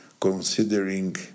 considering